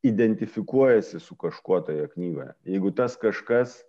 identifikuojiesi su kažkuo toje knygoje jeigu tas kažkas